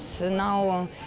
now